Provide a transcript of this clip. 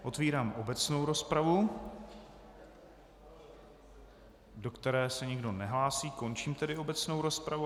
Otvírám obecnou rozpravu, do které se nikdo nehlásí, končím tedy obecnou rozpravu.